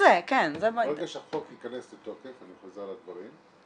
- ברגע שהחוק ייכנס לתוקף, אני חוזר על הדברים,